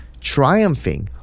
triumphing